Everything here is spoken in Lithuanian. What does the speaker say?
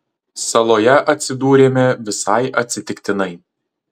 saloje atsidūrėme visai atsitiktinai